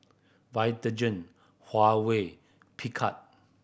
Vitagen Huawei Picard